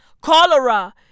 cholera